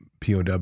POW